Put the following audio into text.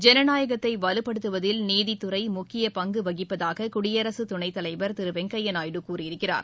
ஐனநாயகத்தை வலுப்படுத்துவதில் நீதித்துறை முக்கிய பங்கு வகிப்பதாக குடியரசுத் துணைத்தலைவர் திரு வெங்கையா நாயுடு கூறியிருக்கிறார்